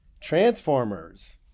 Transformers